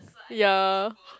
ya